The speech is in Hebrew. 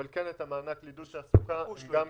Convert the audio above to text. אבל כן את מענק עידוד תעסוקה הם גם קיבלו.